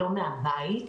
לא מהבית,